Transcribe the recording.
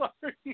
Sorry